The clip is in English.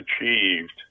achieved